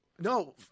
no